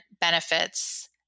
benefits